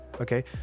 Okay